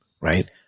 right